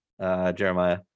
Jeremiah